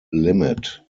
limit